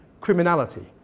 Criminality